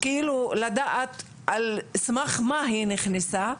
לדעת על סמך מה שהיא נכנסה,